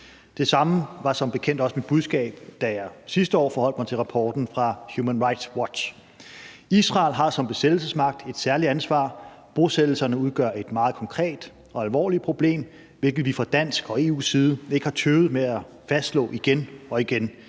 Det samme var som bekendt også mit budskab, da jeg sidste år forholdt mig til rapporten fra Human Rights Watch. Israel har som besættelsesmagt et særligt ansvar. Bosættelserne udgør et meget konkret og alvorligt problem, hvilket vi fra dansk og EU's side ikke har tøvet med at fastslå igen og igen,